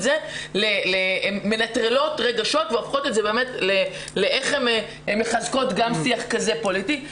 הן מנטרלות רגשות ורואות איך הן מחזקות גם שיח פוליטי כזה.